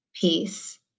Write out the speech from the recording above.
peace